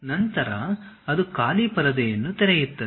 ನಂತರ ಅದು ಖಾಲಿ ಪರದೆಯನ್ನು ತೆರೆಯುತ್ತದೆ